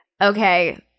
okay